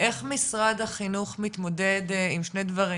איך משרד החינוך מתמודד עם שני דברים,